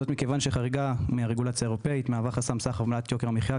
זאת מכיוון שחריגה מהרגולציה האירופית מהווה חסם --- יוקר המחיה,